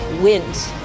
wins